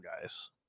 guys